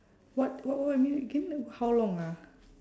what what what you mean again how long ah